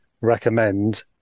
recommend